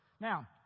Now